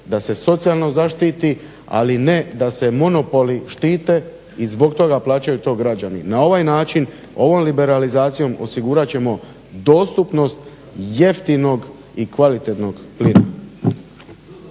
da se socijalno zaštiti, ali ne da se monopoli štite i zbog toga plaćaju to građani. Na ovaj način ovom liberalizacijom osigurat ćemo dostupnost jeftinog i kvalitetnog plina.